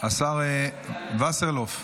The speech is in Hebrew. השר וסרלאוף,